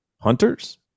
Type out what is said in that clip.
hunters